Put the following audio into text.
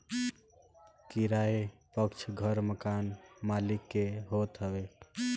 किराए पअ घर मकान मलिक के होत हवे